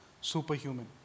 superhuman